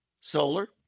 Solar